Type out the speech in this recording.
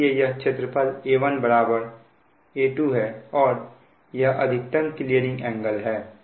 इसलिए यह क्षेत्रफल A1 A2 है और यह अधिकतम क्लीयरिंग एंगल है